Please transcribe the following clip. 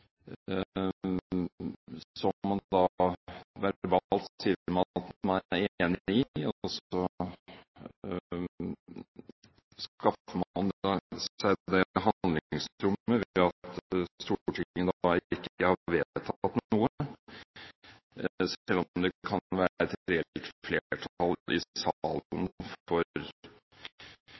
man verbalt sier at man er enig i. Så skaffer man seg et handlingsrom ved at Stortinget ikke har vedtatt noe, selv om det kan være et reelt flertall i salen for